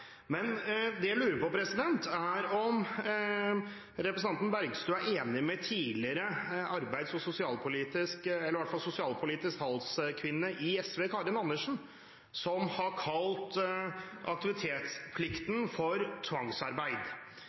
Men det jeg lurer på, er om representanten Bergstø er enig med tidligere sosialpolitisk talskvinne i SV, Karin Andersen, som har kalt aktivitetsplikten for tvangsarbeid.